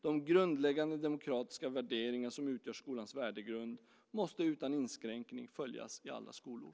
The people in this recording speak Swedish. De grundläggande och demokratiska värderingar som utgör skolans värdegrund måste utan inskränkning följas i alla skolor.